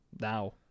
now